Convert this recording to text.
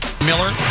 Miller